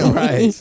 right